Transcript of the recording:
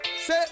say